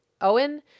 Owen